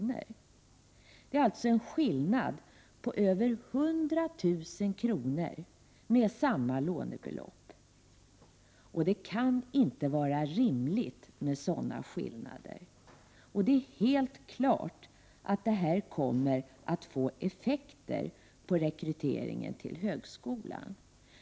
Skillnaden mellan dessa båda är alltså över 100 000 kr. vid samma lånebelopp, och det kan inte vara rimligt med sådana skillnader. Det är helt klart att detta kommer att få effekter på rekryteringen till högskolan.